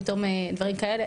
פתאום דברים כאלה,